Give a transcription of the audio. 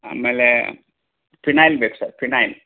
ಆಮೇಲೇ ಪಿನಾಯ್ಲ್ ಬೇಕು sir phenyl